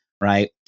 right